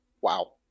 Wow